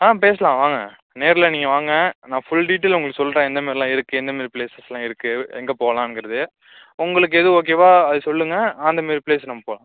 ஆ பேசலாம் வாங்க நேரில் நீங்கள் வாங்க நான் ஃபுல் டீட்டைல் உங்களுக்கு சொல்கிறேன் என்ன மாரிலாம் இருக்கு என்ன மாரி பிளேசஸ்லாம் இருக்கு எங்கே போலாங்கிறது உங்களுக்கு எது ஓகேவோ அது சொல்லுங்கள் அந்தமாரி பிளேஸ்க்கு நம்ம போலாம்